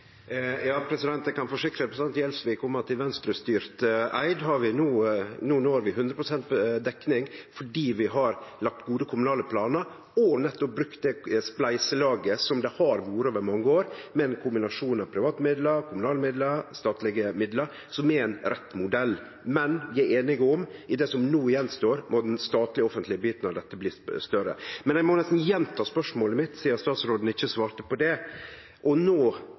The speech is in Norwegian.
Eg kan forsikre representanten Gjelsvik om at i Venstre-styrte Eid når vi no 100 pst. dekning, fordi vi har lagt gode kommunale planar og nettopp brukt det spleiselaget som har vore over mange år, med ein kombinasjon av private midlar, kommunale midlar og statlege midlar, som er ein rett modell. Men vi er einige om at i det som no står att, må den statlege og offentlege biten av dette bli større. Men eg må nesten gjenta spørsmålet mitt, sidan statsråden ikkje svarte på det. Å nå